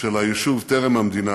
של היישוב טרם המדינה